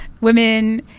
women